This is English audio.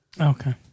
Okay